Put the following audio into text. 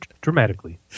dramatically